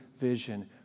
vision